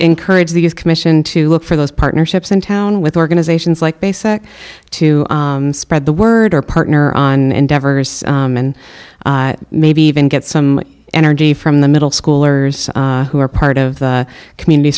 encourage these commission to look for those partnerships in town with organizations like bay sac to spread the word or partner on endeavors and maybe even get some energy from the middle schoolers who are part of the community